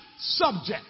subject